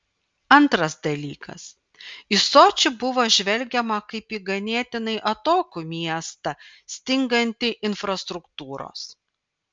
antras dalykas į sočį buvo žvelgiama kaip į ganėtinai atokų miestą stingantį infrastruktūros